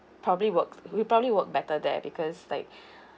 probably work he'd probably work better there because like